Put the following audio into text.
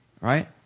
right